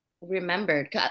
remembered